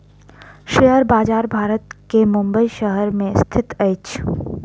share बजार भारत के मुंबई शहर में स्थित अछि